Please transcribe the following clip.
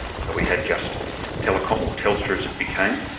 so we had just telecom, or telstra as it became,